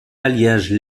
alliage